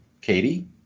Katie